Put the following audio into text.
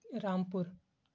Rampur